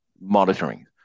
monitoring